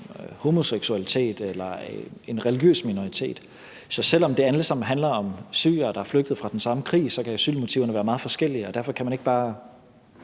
homoseksualitet eller om at tilhøre en religiøs minoritet. Så selv om det alt sammen handler om syrere, der er flygtet fra den samme krig, så kan asylmotiverne være meget forskellige, og derfor kan man ikke bare,